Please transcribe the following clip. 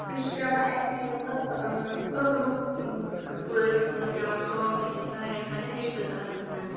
بیٚیہِ چھِ پیٚوان اَسہِ یہِ مطلب تٔبرُک پٲٹھۍ مطلب پیٚوان سوزُن یہِ سارنٕۍ پنٛنٮ۪ن رِشتہٕ دارَن منٛز